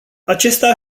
acesta